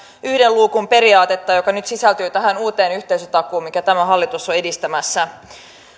yhden luukun periaatetta joka nyt sisältyy tähän uuteen yhteisötakuuseen mitä tämä hallitus on edistämässä